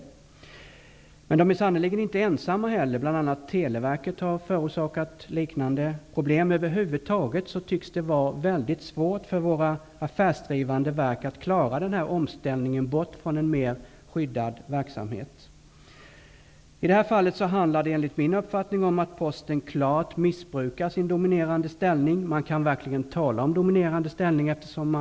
Men man är på Posten sannerligen inte ensamma om detta. Bl.a. Televerket har förorsakat liknande problem. Det tycks över huvud taget vara mycket svårt för våra affärsdrivande verk att klara omställningen från en mer skyddad verksamhet. I detta fall handlar det enligt min uppfattning om att Posten klart missbrukar sin dominerande ställning. Man kan här verkligen tala om en dominerande ställning.